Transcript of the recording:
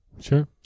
Sure